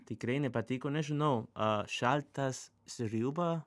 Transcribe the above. tikrai nepatiko nežinau a šaltas sriuba